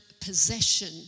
possession